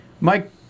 Mike